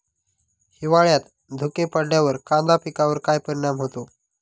हिवाळ्यात धुके पडल्यावर कांदा पिकावर काय परिणाम होतो?